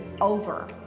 over